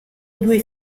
due